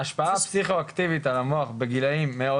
ההשפעה הפסיכואקטיבית על המוח בגילאים מאוד